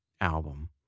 album